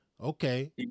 Okay